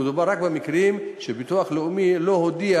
מדובר רק במקרים שהביטוח הלאומי לא הודיע